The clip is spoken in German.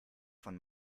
von